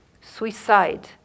suicide